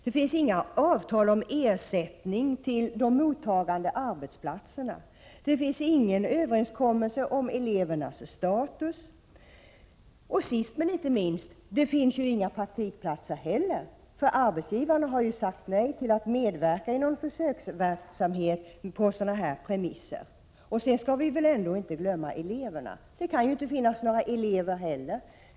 Det finns inga avtal om ersättning till.de mottagande arbetsplatserna. Det finns ingen överenskommelse om elevernas status. Och sist men inte minst, det finns inga praktikplatser, eftersom arbetsgivarna har sagt nej till att medverka i någon försöksverksamhet på dessa premisser. Men vi får inte heller glömma eleverna. Det kan ju inte heller finnas några elever som kan påbörja utbildningen.